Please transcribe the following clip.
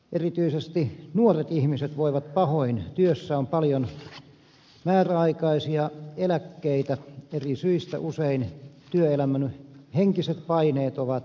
erityisesti nuoret ihmiset voivat pahoin työssä on paljon määräaikaisia eläkkeitä eri syistä usein työelämän henkiset paineet ovat ylivoimaisia